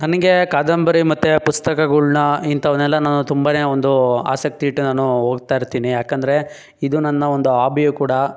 ನನಗೆ ಕಾದಂಬರಿ ಮತ್ತು ಪುಸ್ತಕಗಳನ್ನ ಇಂಥವ್ನೆಲ್ಲ ನಾನು ತುಂಬನೇ ಒಂದು ಆಸಕ್ತಿ ಇಟ್ಟು ನಾನು ಓದ್ತಾಯಿರ್ತೀನಿ ಏಕೆಂದ್ರೆ ಇದು ನನ್ನ ಒಂದು ಆಬಿಯು ಕೂಡ